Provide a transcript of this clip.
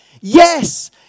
Yes